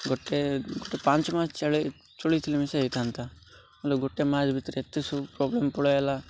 ଗୋଟେ ଗୋଟେ ପାଞ୍ଚ ମାସ ଚଳିଥିଲେ ବି ସେ ହେଇଥାନ୍ତା ହେଲେ ଗୋଟେ ମାସ ଭିତରେ ଏତେ ସବୁ ପ୍ରୋବ୍ଲେମ୍ ପଳେଇଆଇଲା